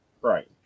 Right